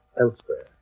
elsewhere